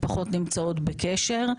פחות נמצאות בקשר.